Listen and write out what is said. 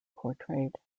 portrayed